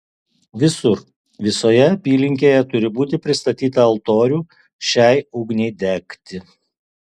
visur visoje apylinkėje turi būti pristatyta altorių šiai ugniai degti